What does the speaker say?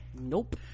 nope